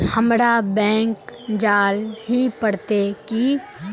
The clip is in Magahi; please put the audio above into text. हमरा बैंक जाल ही पड़ते की?